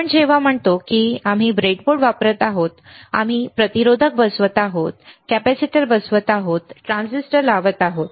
आता जेव्हा आपण असे म्हणतो की आम्ही ब्रेडबोर्ड वापरत आहोत आम्ही प्रतिरोधक बसवत आहोत आम्ही कॅपेसिटर बसवत आहोत आणि आम्ही ट्रान्झिस्टर लावत आहोत